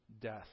death